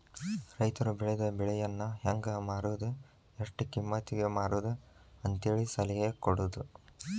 ರೈತರು ಬೆಳೆದ ಬೆಳೆಯನ್ನಾ ಹೆಂಗ ಮಾರುದು ಎಷ್ಟ ಕಿಮ್ಮತಿಗೆ ಮಾರುದು ಅಂತೇಳಿ ಸಲಹೆ ಕೊಡುದು